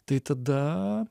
tai tada